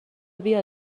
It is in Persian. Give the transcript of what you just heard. بیا